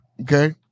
okay